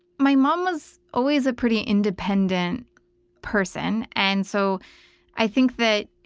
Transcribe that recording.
my mom was always a pretty independent person and so i think that,